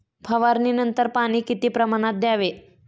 फवारणीनंतर पाणी किती प्रमाणात द्यावे?